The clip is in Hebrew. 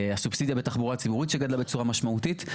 הסובסידיה בתחבורה ציבורית שגדלה בצורה משמעותית.